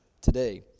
today